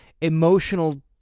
emotional